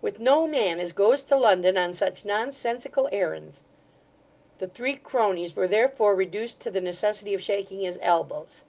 with no man as goes to london on such nonsensical errands the three cronies were therefore reduced to the necessity of shaking his elbows